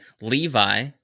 Levi